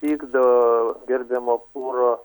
pykdo gerbiamo pūro